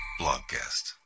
Blogcast